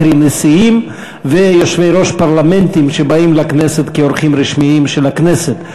קרי נשיאים ויושבי-ראש פרלמנטים שבאים לכנסת כאורחים רשמיים של הכנסת.